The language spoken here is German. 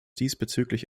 diesbezüglich